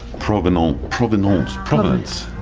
provenance. provenance? provenance,